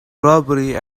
robbery